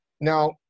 now